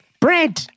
Bread